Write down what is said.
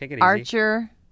Archer